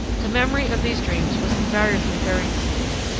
the memory of these dreams was invariably very distinct.